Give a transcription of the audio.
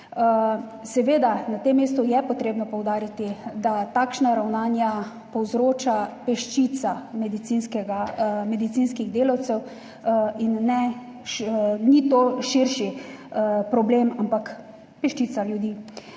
Seveda je na tem mestu potrebno poudariti, da takšna ravnanja povzroča peščica medicinskih delavcev in to ni širši problem, ampak peščica ljudi.